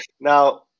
Now